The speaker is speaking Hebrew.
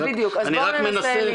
אני רק מנסה,